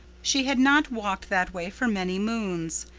she had not walked that way for many moons.